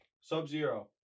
sub-zero